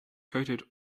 coated